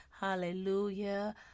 hallelujah